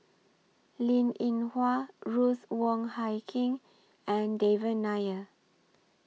Linn in Hua Ruth Wong Hie King and Devan Nair